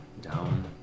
down